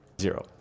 Zero